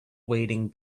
wading